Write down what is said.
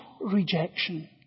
rejection